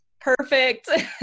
perfect